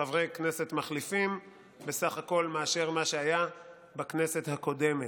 חברי כנסת מחליפים בסך הכול מאשר מה שהיה בכנסת הקודמת.